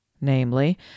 namely